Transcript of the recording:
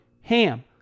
HAM